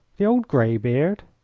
the old greybeard?